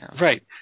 Right